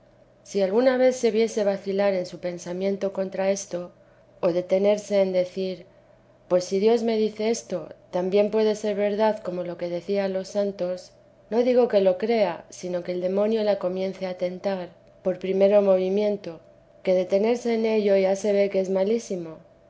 si alguna vez se viese vacilar en su pensamiento contra esto o detenerse en decir pues si dios me dice esto también puede ser verdad como lo que decía a los santos no digo que lo crea sino que el demonio la comience a tentar por primero movimiento que detenerse en ello ya se ve que es malísimo